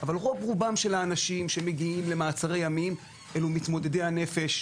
אבל רוב רובם של האנשים שמגיעים למעצרי ימים הם מתמודדי הנפש,